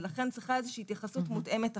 ולכן צריכה להיות איזושהי התייחסות מותאמת אחרת.